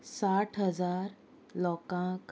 साठ हजार लोकांक